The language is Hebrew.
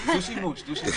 בוודאי.